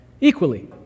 equally